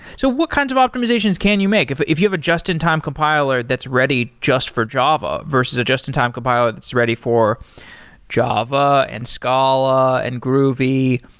so what kinds of optimizations can you make? if if you have a just-in-time compiler that's ready just for java versus a just-in-time compiler that's ready for java, and scala, and groovy,